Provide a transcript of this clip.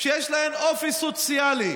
שיש להן אופי סוציאלי,